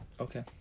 Okay